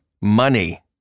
money